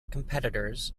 competitors